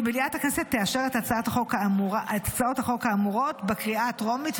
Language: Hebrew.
כי מליאת הכנסת תאשר את הצעות החוק האמורות בקריאה הטרומית.